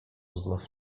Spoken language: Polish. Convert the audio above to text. znów